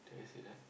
did I say that